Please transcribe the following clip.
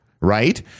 right